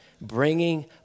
bringing